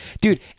dude